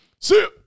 see